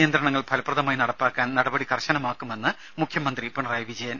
നിയന്ത്രണങ്ങൾ ഫലപ്രദമായി നടപ്പാക്കാൻ നടപടി കർശനമാക്കുമെന്ന് മുഖ്യമന്ത്രി പിണറായി വിജയൻ